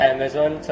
Amazon